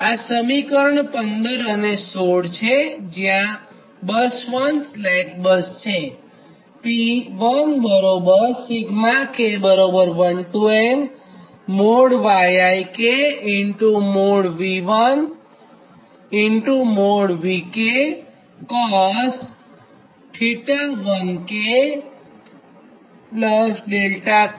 આ સમીકરણ 15 અને 16 છે જ્યાં બસ 1 સ્લેક બસ છે